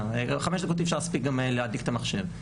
חמש דקות גם אי אפשר להספיק להדליק את המחשב.